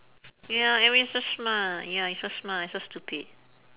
ya edwin so smart ya you so smart I so stupid